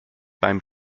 beim